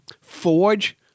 Forge